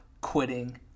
quitting